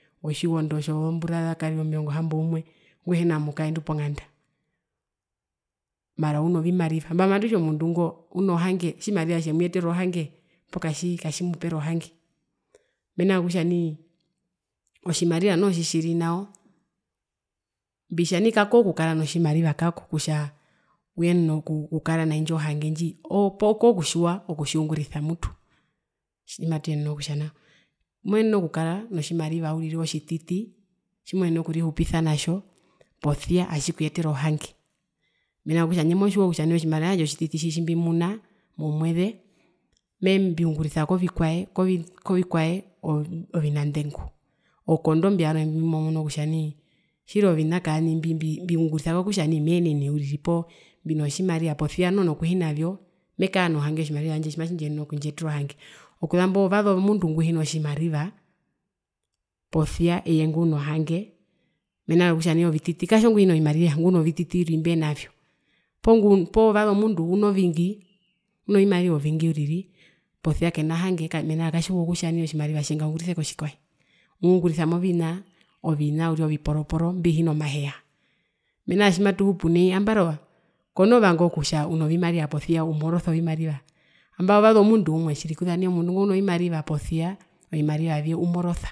Wotjiwondo tjozombura ndakarira omirongo hamboumwe ndehina mukaendu ponganda mara uno vimariva nambano matutja omundu ngo uno hange otjimariva tjemuyetera ohange poo katji katjimupere ohange? Mena rokutja nai otjimariva noho tjitjiri nao mbitjaa nai kaongo kukara notjimariva kako utja uyenene okukara naindjo hange ndji ooko kutjiwa okutjiungurisa mutu tjimatuyenene okutja nao moyenene okukara notjimariva uriri otjititi tjimoenene okurihupisa natjo posia atjikuyetere ohange mena rokutja tjandje motjiwa nawa kutja otjimariva tjandje iho tjititi tjimbimuna momweze mbiungurisa kovikwae kovikwae ovina ndengu okondo imbio vyarwe mbi mbimomunu kutja nii tjiri ovina kaani mbi mbiungurisa kokutja nii meenene uriri poo mbino tjimariva posia noho nokuhina vyo mekaa nohange otjimariva tjandje hi matjiyenene okundjiyetera ohange, okuzambo ovaza omundu nguhina tjimariva posia nguno hange mena kutja nai ovititi kaongo nguhina vyo posia nguno vititi uriri mbenavyo poo ovaza mundu unovingi uno vimariva ovingi uriri posia kena hange mena rokutja katjiwa kutja nai otjimariva tje ngaungurise kotjikwaye uungurisa movina ovina uriri oviporoporo mbihinamaheya mena rokutja thimatuhupu nai ambara konoo vanga kutja unovimariva posia umorosa ovimariva nambano uvasa omundu umwekuza nai omundu ngo uno vimariva posia ovimariva vye umorosa.